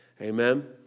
Amen